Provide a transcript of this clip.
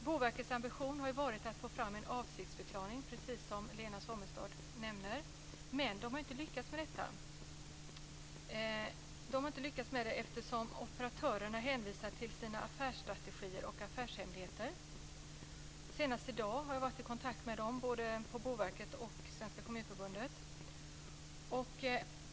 Boverkets ambition har ju varit att få fram en avsiktsförklaring, precis som Lena Sommestad nämner, men man har inte lyckats med detta eftersom operatörerna hänvisar till sina affärsstrategier och affärshemligheter. Senast i dag har jag varit i kontakt med både Boverket och Svenska kommunförbundet.